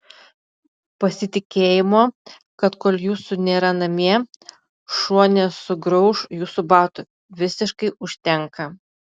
pasitikėjimo kad kol jūsų nėra namie šuo nesugrauš jūsų batų visiškai užtenka